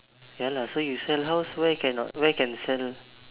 ya lah so you sell house why cannot where can sell